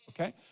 Okay